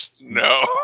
No